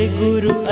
guru